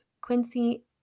Quincy